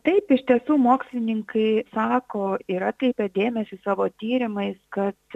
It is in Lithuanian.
taip iš tiesų mokslininkai sako ir atkreipia dėmesį savo tyrimais kad